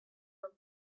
when